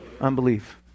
Unbelief